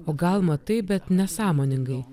o gal matai bet nesąmoningai